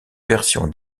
version